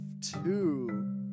two